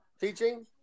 Teaching